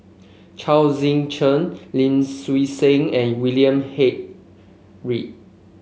Chao Tzee Cheng Lim Swee Say and William Head Read